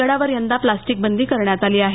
गडावर यंदा प्लास्टिक बंदी करण्यात आली आहे